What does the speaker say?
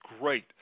great